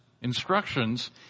instructions